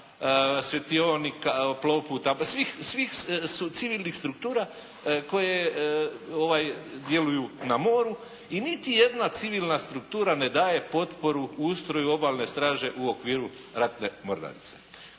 svjetionika, plouputa, pa svih civilnih struktura koje djeluju na moru. I niti jedna civilna struktura ne daje potporu ustroju Obalne straže u okviru Ratne mornarice.